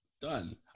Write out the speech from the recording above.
done